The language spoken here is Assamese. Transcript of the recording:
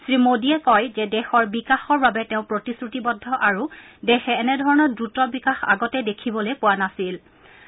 শ্ৰীমোদীয়ে কয় যে দেশৰ বিকাশৰ বাবে তেওঁ প্ৰতিশ্ৰুতিবদ্ধ আৰু দেশে এনেধৰণৰ দ্ৰুত বিকাশ আগতে দেখিবলৈ পোৱা নাছিলে